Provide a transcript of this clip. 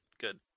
good